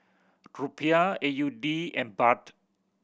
Rupiah A U D and Baht